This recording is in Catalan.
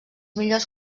millors